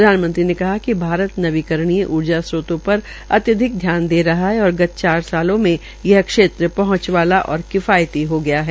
प्रधानमंत्री ने कहा कि भारत नवीकरणीय ऊर्जा स्त्रोतों पर अत्याधिक ध्यान दे रहा है और गत चार सालों में यह क्षेत्र पहंच वाला और किफायती हो गया है